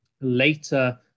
later